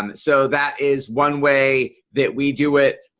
um so that is one way that we do it.